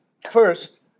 first